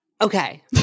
okay